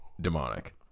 demonic